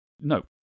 No